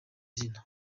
zina